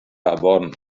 afon